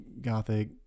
gothic